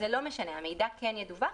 המידע כן ידוּוח,